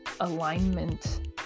alignment